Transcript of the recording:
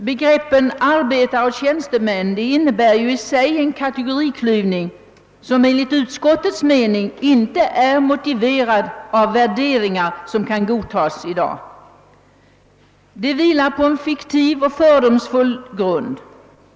Begreppen arbetare och tjänstemän innebär i sig en kategoriklyvning, som enligt utskottets mening inte är motiverad av värderingar som kan godtas i dag. De vilar på en fiktiv och fördomsfull grund.